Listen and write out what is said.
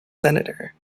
senator